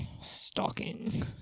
Stalking